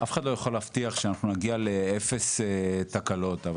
אף אחד לא יכול להבטיח שנגיע לאפס תקלות אבל